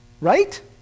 Right